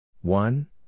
One